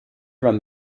around